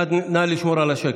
נא לשמור על השקט.